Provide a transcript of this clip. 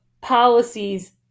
policies